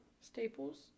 Staples